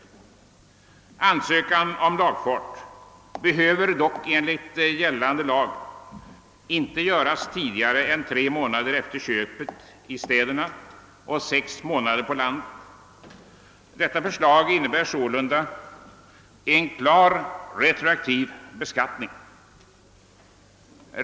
Ansökan om lagfart behöver dock enligt gällande lag inte göras tidigare än tre månader efter köpet i städerna och sex månader på landsbygden. Detta förslag innebär sålunda en klar retroaktiv beskattning.